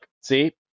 see